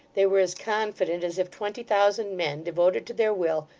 they were as confident as if twenty thousand men, devoted to their will,